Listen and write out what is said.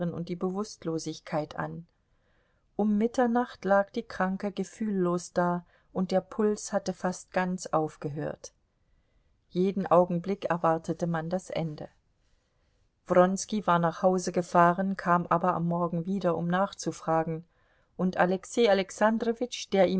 und die bewußtlosigkeit an um mitternacht lag die kranke gefühllos da und der puls hatte fast ganz aufgehört jeden augenblick erwartete man das ende wronski war nach hause gefahren kam aber am morgen wieder um nachzufragen und alexei alexandrowitsch der